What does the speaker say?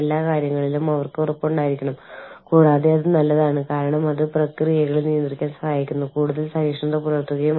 ഉദാഹരണത്തിന് മിക്കവാറും പ്രാഥമികമായി കമ്മ്യൂണിറ്റി അധിഷ്ഠിത സംസ്കാരങ്ങളിൽ ആളുകൾ കൂടുതൽ ഉപയോഗിക്കുന്നത് ഒരു ബ്യൂറോക്രാറ്റിക് പ്രവർത്തന ശൈലിയാണ്